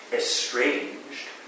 estranged